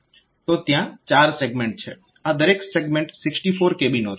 તો ત્યાં ચાર સેગમેન્ટ છે આ દરેક સેગમેન્ટ 64 kB નો છે